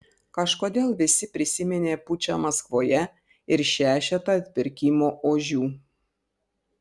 kažkodėl visi prisiminė pučą maskvoje ir šešetą atpirkimo ožių